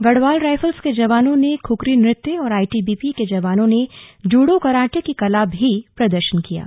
Garhwal rifles के जवानों ने खुखरी नृत्य और आईटीबीपी के जवानों ने जूड़ों कराटे की कला का भी प्रदर्शन किया गया